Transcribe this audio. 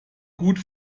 gut